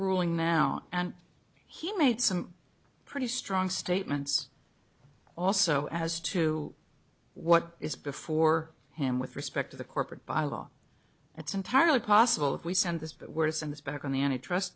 ruling now and he made some pretty strong statements also as to what is before him with respect to the corporate bylaw it's entirely possible if we send this but we're to send this back on the antitrust